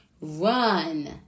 Run